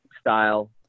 style